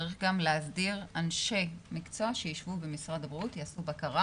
צריך גם להסדיר אנשי מקצוע שישבו במשרד הבריאות ויעשו בקרה